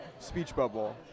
SpeechBubble